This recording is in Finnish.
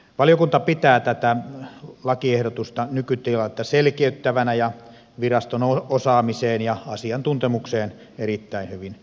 valiokunta pitää tätä lakiehdotusta nykytilannetta selkeyttävänä ja viraston osaamiseen ja asiantuntemukseen erittäin hyvin sopivana